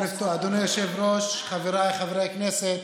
אדוני היושב-ראש, חבריי חברי הכנסת,